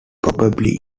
probably